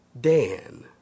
Dan